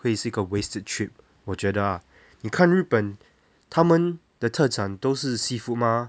会是一个 a wasted trip 我觉得 ah 你看日本他们的特产都是 seafood mah